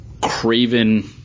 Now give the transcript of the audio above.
craven